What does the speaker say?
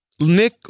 Nick